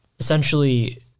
essentially